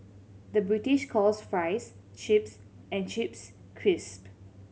the British calls fries chips and chips crisp